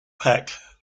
pack